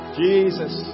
jesus